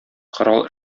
корал